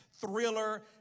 thriller